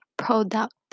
Product